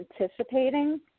anticipating